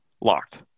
locked